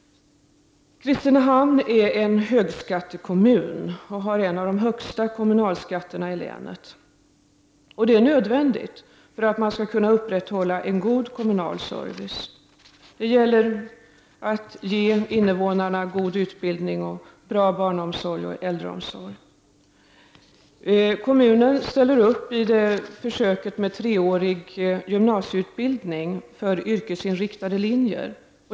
Kristinehamns kommun är en högskattekommun, med en av de högsta kommunalskatterna i länet. Den höga skattesatsen är nödvändig för att man skall kunna upprätthålla en god kommunal service. Det gäller att ge kommuninnevånarna god utbildning, bra barnomsorg och äldreomsorg. Kommunen deltar i försöket med treårig gymnasieutbildning för yrkesinriktade linjer.